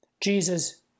Jesus